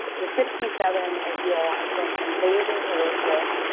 the sixty seven of you all have been amazing to work with.